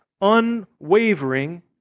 unwavering